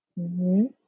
mmhmm